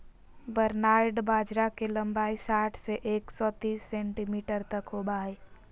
barnyard bajra के लंबाई साठ से एक सो तिस सेंटीमीटर तक होबा हइ